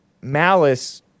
malice